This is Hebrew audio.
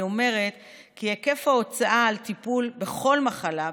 אני אומרת כי היקף ההוצאה על הטיפול בכל מחלה,